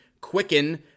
quicken